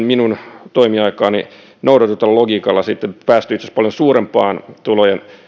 minun toimiaikaani noudatetulla logiikalla sitten päästy itse asiassa paljon suurempaan tulojen